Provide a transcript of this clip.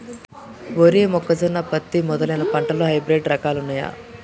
వరి జొన్న మొక్కజొన్న పత్తి మొదలైన పంటలలో హైబ్రిడ్ రకాలు ఉన్నయా?